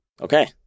Okay